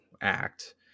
act